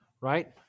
right